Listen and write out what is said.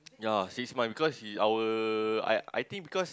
ya he's my because he our I I think because